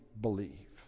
believe